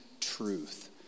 truth